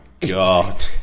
God